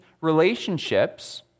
relationships